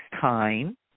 time